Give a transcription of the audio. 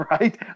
right